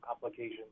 complications